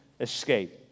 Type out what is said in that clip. escape